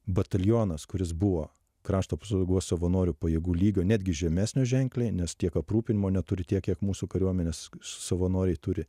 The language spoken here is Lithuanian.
batalionas kuris buvo krašto apsaugos savanorių pajėgų lygio netgi žemesnio ženkliai nes tiek aprūpinimo neturi tiek kiek mūsų kariuomenės savanoriai turi